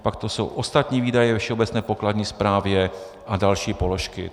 Pak tu jsou ostatní výdaje ve všeobecné pokladní správě a další položky.